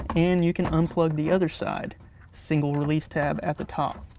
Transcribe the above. and you can unplug the other side single-release tab at the top.